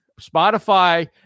spotify